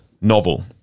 novel